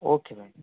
okay ma'am